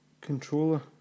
controller